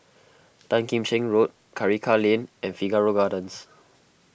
Tan Kim Cheng Road Karikal Lane and Figaro Gardens